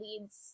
leads